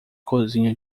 cozinha